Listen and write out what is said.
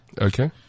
Okay